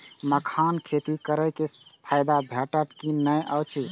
मखानक खेती करे स फायदा भेटत की नै अछि?